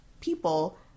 people